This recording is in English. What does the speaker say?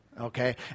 okay